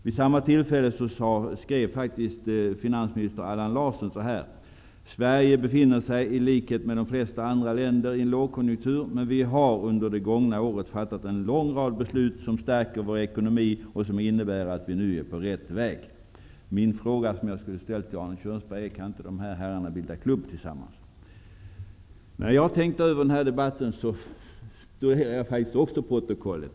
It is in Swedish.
Vid samma tillfälle skrev faktiskt finansminister Allan Larsson så här: Sverige befinner sig i likhet med de flesta andra länder i en lågkonjunktur. Men vi har under det gångna året fattat en lång rad beslut som stärker vår ekonomi och som innebär att vi nu är på rätt väg. Den fråga jag skulle ha ställt till Arne Kjörnsberg var: Kan inte de här herrarna bilda klubb tillsammans? När jag tänkte över den här debatten studerade jag faktiskt också protokollet.